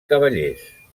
cavallers